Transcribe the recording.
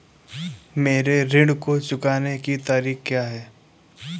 मेरे ऋण को चुकाने की तारीख़ क्या है?